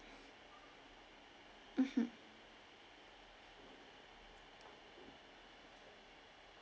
mmhmm